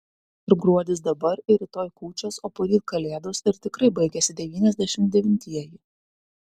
ir gruodis dabar ir rytoj kūčios o poryt kalėdos ir tikrai baigiasi devyniasdešimt devintieji